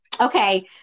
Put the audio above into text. Okay